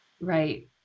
Right